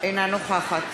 אינה נוכחת